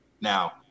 Now